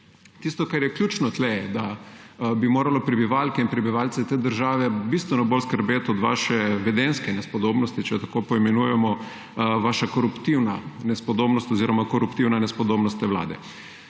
Tisto, kar je ključno tu, da bi moralo prebivalke in prebivalce te države bistveno bolj skrbeti od vaše vedenjske nespodobnosti, če jo tako poimenujemo, vaša koruptivna nespodobnost oziroma koruptivna nespodobnost te vlade.